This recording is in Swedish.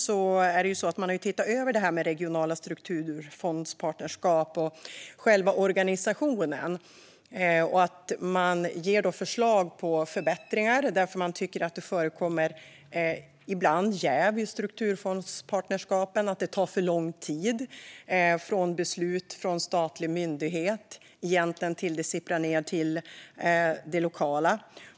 När det gäller Riksrevisionen har man tittat över detta med regionala strukturfondspartnerskap och själva organisationen. Man ger förslag på förbättringar därför att man tycker att det ibland förekommer jäv i strukturfondspartnerskapen och att det tar för lång tid från beslut av statlig myndighet till dess att det sipprar ned till det lokala.